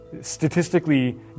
statistically